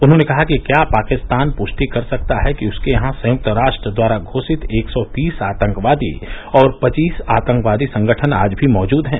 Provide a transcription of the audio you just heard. उन्होंने कहा कि क्या पाकिस्तान पृष्टि कर सकता है कि उसके यहां संयुक्त राष्ट्र द्वारा घोषित एक सौ तीस आतंकवादी और पचीस आतंकवादी संगठन आज भी मौजूद हैं